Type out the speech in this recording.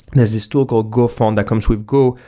there's this tool called go phone that comes with go,